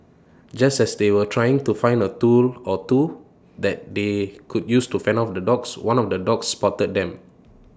just as they were trying to find A tool or two that they could use to fend off the dogs one of the dogs spotted them